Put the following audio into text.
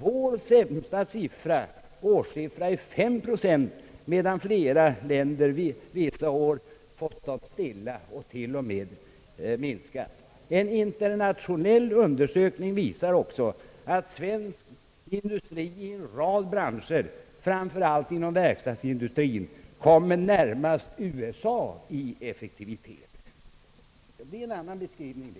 Vår sämsta årssiffra är 5 procent, medan flera länder vissa år stått stilla och till och med minskat. En internationell undersökning visar också att svensk industri i en rad branscher, framför allt inom verkstadsindustrien, kommer närmast USA i effektivitet. Det är en annan beskrivning.